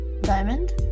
Diamond